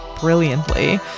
brilliantly